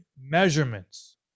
measurements